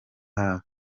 hafi